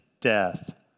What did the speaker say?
death